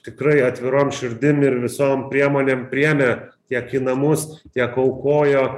tikrai atvirom širdim ir visom priemonėm priėmė tiek į namus tiek aukojo